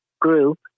group